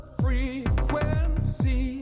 frequency